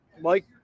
Mike